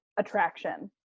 Attraction